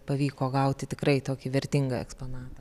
pavyko gauti tikrai tokį vertingą eksponatą